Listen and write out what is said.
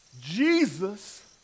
Jesus